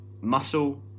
muscle